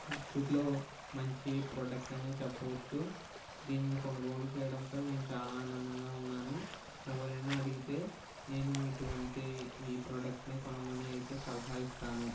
ఖర్చులో మంచి ప్రొడక్ట్ అనే చెప్పొచ్చు దీన్ని కొనుగోలు చేయడంపై నేన్ చాలా ఆనందంగా ఉన్నాను ఎవరైనా అడిగితే నేను ఇటువంటి ఈ ప్రొడక్ట్ నే కొనమనే అయితే సలహా ఇస్తాను